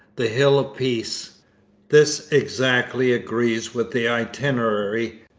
the hills of peace this exactly agrees with the itinerary,